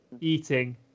eating